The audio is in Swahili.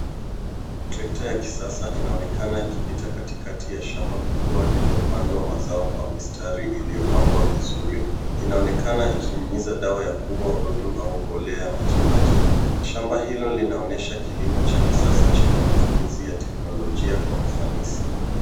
Trakta ya kisasa inaonekana ikipita katikati ya shamba kubwa lililopandwa mazao kwa mistari iliyopangwa vizuri. Inaonekana ikinyunyuza dawa ya kuua wadudu au mbolea ya maji maji. Shamba Hilo linaonyesha kilimo Cha kisasa chenye matumizi ya teknolojia Kwa ufanisi.